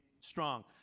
strong